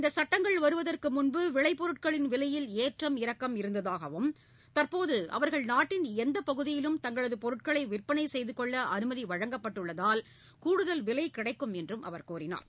இந்த சுட்டங்கள் வருவதற்கு முன்பு விளைப் பொருட்களின் விலையில் ஏற்றம் இறக்கம் இருந்ததாகவும் தற்போது அவர்கள் நாட்டின் எந்த பகுதியிலும் தங்க்ளது பொருட்களை விற்பனை செய்தகொள்ள அனுமதி வழங்கப்பட்டுள்ளதால் கூடுதல் விலை கிடைக்கும் என்றும் அவர் கூறினார்